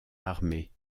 armés